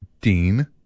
Dean